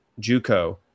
Juco